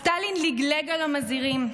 סטלין לגלג על המזהירים,